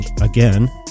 again